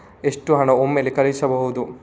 ಎಷ್ಟು ಹಣ ಒಮ್ಮೆಲೇ ಕಳುಹಿಸಬಹುದು?